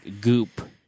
goop